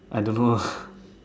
I don't know her